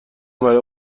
برای